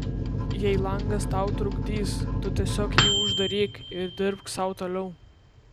jei langas tau trukdys tu tiesiog jį uždaryk ir dirbk sau toliau